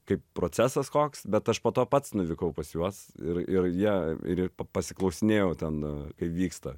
kaip procesas koks bet aš po to pats nuvykau pas juos ir ir jie ir pasiklausinėjau ten kaip vyksta